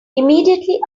immediately